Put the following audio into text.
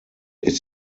ist